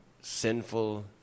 sinful